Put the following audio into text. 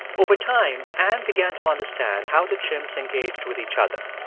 over time, anne began to understand how the chimps engaged with each other.